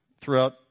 throughout